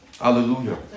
Hallelujah